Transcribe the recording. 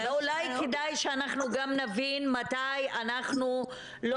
אולי כדאי שאנחנו גם נבין מתי אנחנו לא